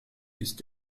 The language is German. ist